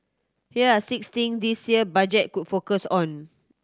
here are six thing this year budget could focus on